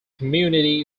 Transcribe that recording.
community